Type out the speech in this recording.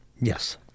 Yes